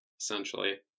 essentially